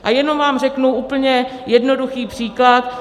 A jenom vám řeknu úplně jednoduchý příklad.